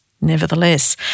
nevertheless